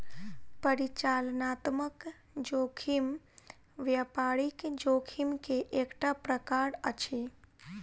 परिचालनात्मक जोखिम व्यापारिक जोखिम के एकटा प्रकार अछि